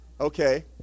Okay